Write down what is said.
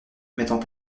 mettent